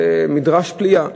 זה מדרש פליאה.